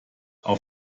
auf